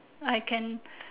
I can